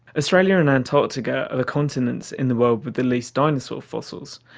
australia and antarctica are the continents in the world with the least dinosaur fossils.